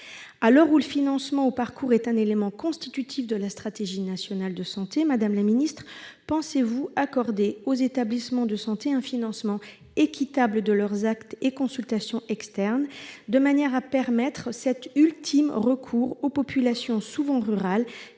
À l'heure où le financement au parcours est un élément constitutif de la stratégie nationale de santé, madame la secrétaire d'État, pensez-vous accorder aux établissements de santé un financement équitable de leurs actes et consultations externes, de manière à permettre cet ultime recours aux populations souvent rurales,